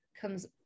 comes